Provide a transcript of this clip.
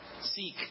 Seek